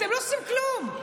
אתם לא עושים כלום.